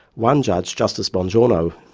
one judge, justice bongiorno,